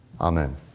Amen